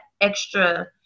extra